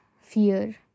fear